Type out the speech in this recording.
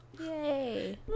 Yay